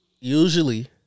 usually